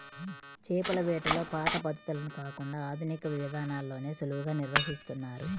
చేపల వేటలో పాత పద్ధతులను కాకుండా ఆధునిక విధానాల్లోనే సులువుగా నిర్వహిస్తున్నారు